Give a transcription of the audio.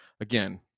again